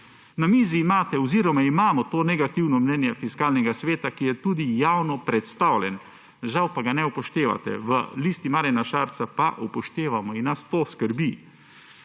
Na mizi imate oziroma imamo to negativno mnenje Fiskalnega sveta, ki je tudi javno predstavljeno, žal pa ga ne upoštevate, v Listi Marjana Šarca pa upoštevamo in nas to skrbi.